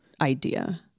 idea